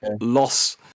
loss